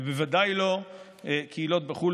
ובוודאי לא קהילות בחו"ל,